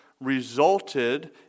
resulted